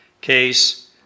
case